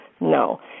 No